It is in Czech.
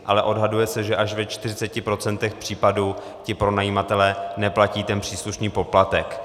Ale odhaduje se, že až ve 40 % případů ti pronajímatelé neplatí příslušný poplatek.